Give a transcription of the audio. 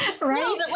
Right